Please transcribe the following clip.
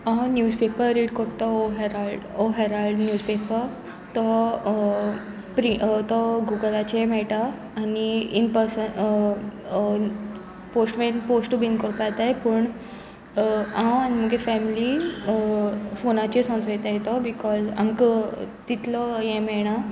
हांव newspaper read करतां ओ हॅरड ओ हेरालड न्यूज पेपर तो प्रि तो गुगलाचेर मेळटा आनी इन पर्सन पोस्ट मेन पोस्टू बीन कोपाताय पूण हांव आनी मुगे फॅमिली फोनाचेर सजोयताय तो बिकॉज आमकां तितलो हें मेळना